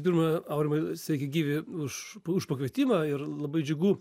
pirma aurimai sveikigyvi už už pakvietimą ir labai džiugu